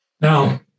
Now